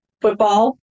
football